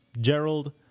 Gerald